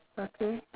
okay